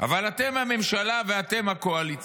אבל אתם הממשלה ואתם הקואליציה.